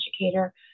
educator